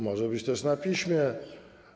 Może być też na piśmie.